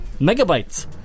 Megabytes